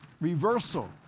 reversal